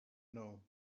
know